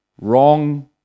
Wrong